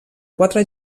quatre